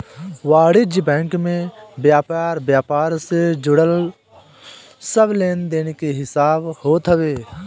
वाणिज्यिक बैंक में व्यापार व्यापार से जुड़ल सब लेनदेन के हिसाब होत हवे